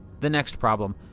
the next problem.